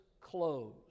clothes